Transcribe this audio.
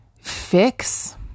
fix